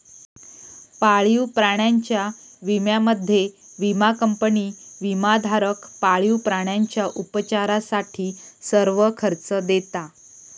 पाळीव प्राण्यांच्या विम्यामध्ये, विमा कंपनी विमाधारक पाळीव प्राण्यांच्या उपचारासाठी सर्व खर्च देता